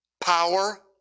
power